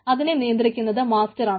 അതിനെ നിയന്ത്രിക്കുന്നത് മാസ്റ്ററാണ്